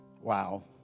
Wow